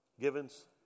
Givens